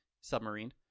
submarine